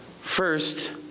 First